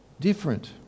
Different